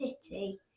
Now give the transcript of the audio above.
City